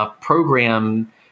program